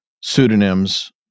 pseudonyms